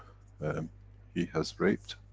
and he has raped